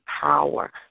power